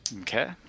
Okay